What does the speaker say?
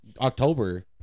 October